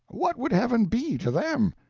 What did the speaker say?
what would heaven be, to them?